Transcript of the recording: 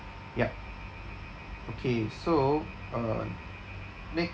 yup okay so um